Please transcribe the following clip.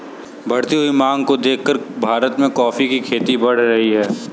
बढ़ती हुई मांग को देखकर भारत में कॉफी की खेती बढ़ रही है